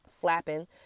flapping